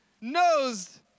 knows